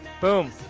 boom